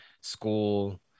school